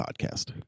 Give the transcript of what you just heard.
podcast